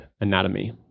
anatomy